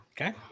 okay